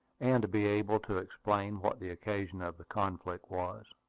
and to be able to explain what the occasion of the conflict was.